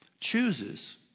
Chooses